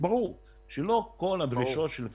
ברור שלא את כל הדרישות של "פניציה"